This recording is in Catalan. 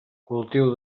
cultiu